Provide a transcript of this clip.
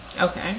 Okay